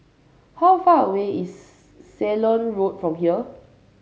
how far away is Ceylon Road from here